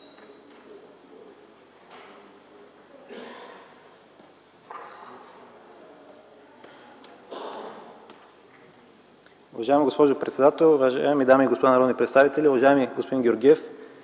Уважаеми господин председател, уважаеми дами и господа народни представители, уважаеми господин Пехливанов!